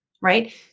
right